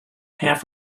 half